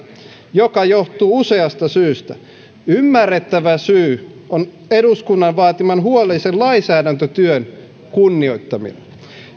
joka johtuu useasta syystä ymmärrettävä syy on eduskunnan vaatiman huolellisen lainsäädäntötyön kunnioittaminen